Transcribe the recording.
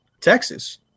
Texas